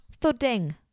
thudding